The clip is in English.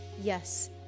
Yes